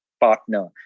partner